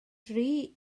dri